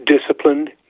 disciplined